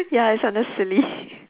ya it's under silly